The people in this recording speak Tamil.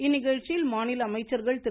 இந்நிகழ்ச்சியில் மாநில அமைச்சர்கள் திரு